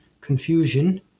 confusion